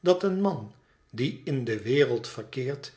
dat een man die in de wereld verkeert